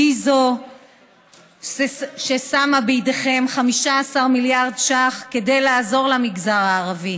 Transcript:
היא ששמה בידיכם 15 מיליארד שקלים כדי לעזור למגזר הערבי.